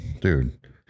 Dude